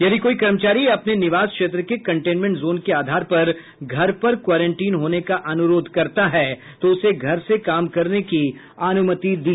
यदि कोई कर्मचारी अपने निवास क्षेत्र के कंटेन्मेंट जोन के आधार पर घर पर क्वारंटीन होने का अनुरोध करता है तो उसे घर से काम करने की अनुमति दी जानी चाहिए